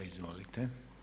Izvolite.